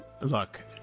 Look